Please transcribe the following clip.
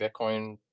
Bitcoin